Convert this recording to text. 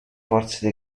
forze